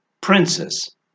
princess